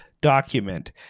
document